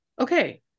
okay